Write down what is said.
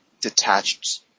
detached